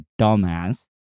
dumbass